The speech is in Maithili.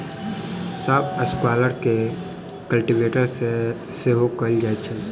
सब स्वाइलर के कल्टीवेटर सेहो कहल जाइत अछि